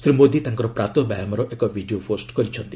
ଶ୍ରୀ ମୋଦି ତାଙ୍କର ପ୍ରାତଃ ବ୍ୟାୟାମର ଏକ ଭିଡିଓ ପୋଷ୍ଟ କରିଛନ୍ତି